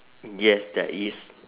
yes there is